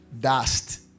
dust